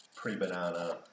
pre-banana